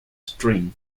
string